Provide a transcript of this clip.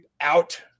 out